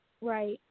Right